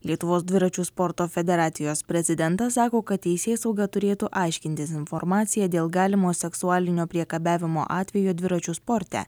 lietuvos dviračių sporto federacijos prezidentas sako kad teisėsauga turėtų aiškintis informaciją dėl galimo seksualinio priekabiavimo atvejų dviračių sporte